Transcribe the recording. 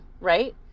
right